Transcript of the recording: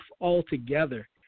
altogether